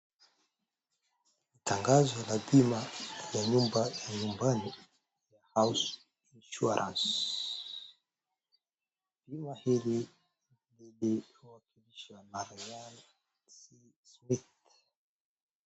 Tangazo la bima ya nyumba ya nyumbani ya house insurance . Bima hili inawakilishwa na Ryan C. Smith